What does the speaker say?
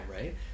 right